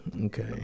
Okay